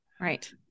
Right